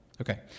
Okay